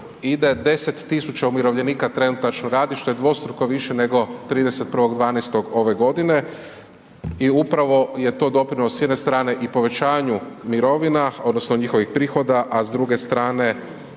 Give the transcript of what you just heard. ide 10 tisuća umirovljenika trenutačno radi što je dvostruko više nego 31.12. ove godine. I upravo je to doprinos s jedne strane i povećanju mirovina odnosno njihovih prihoda a s druge strane